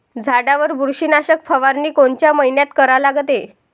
झाडावर बुरशीनाशक फवारनी कोनच्या मइन्यात करा लागते?